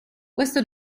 questo